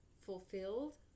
fulfilled